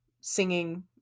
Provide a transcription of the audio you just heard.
singing